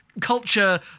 culture